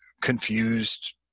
confused